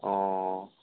অঁ